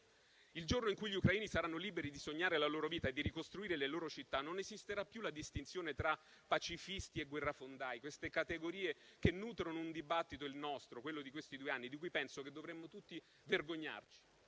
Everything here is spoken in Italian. Il giorno in cui gli ucraini saranno liberi di sognare la loro vita e di ricostruire le loro città non esisterà più la distinzione tra pacifisti e guerrafondai; categorie che nutrono un dibattito, il nostro, quello di questi due anni, di cui penso che dovremmo tutti vergognarci;